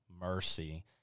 mercy